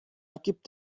gibt